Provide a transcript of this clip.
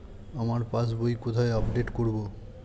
আমার পাস বই কোথায় আপডেট করব?